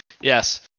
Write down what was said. Yes